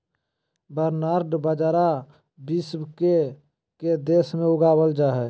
barnyard बाजरा विश्व के के देश में उगावल जा हइ